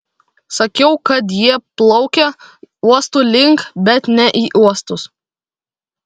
sakiau kad jie plaukia uostų link bet ne į uostus